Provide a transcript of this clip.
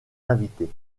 invités